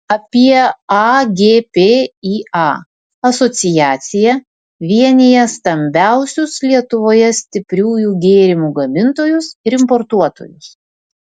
apie agpįa asociacija vienija stambiausius lietuvoje stipriųjų gėrimų gamintojus ir importuotojus